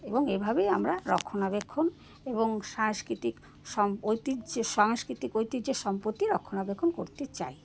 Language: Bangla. এবং এভাবেই আমরা রক্ষণাবেক্ষণ এবং সাংস্কৃতিক সম ঐতিহ্য সাংস্কৃতিক ঐতিহ্য সম্পত্তি রক্ষণাবেক্ষণ করতে চাই